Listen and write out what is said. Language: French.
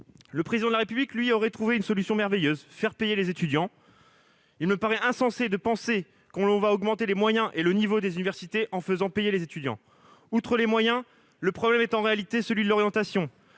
Le Président de la République, lui, aurait trouvé une solution merveilleuse : faire payer les étudiants. Il me paraît insensé de penser que l'on va augmenter les moyens et le niveau des universités en faisant payer les étudiants ! Outre les moyens, le problème est en réalité celui de l'orientation